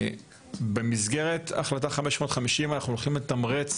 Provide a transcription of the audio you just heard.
במסגרת החלטה 550 אנחנו הולכים לתמרץ,